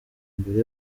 mbere